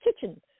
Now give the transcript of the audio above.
kitchen